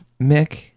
mick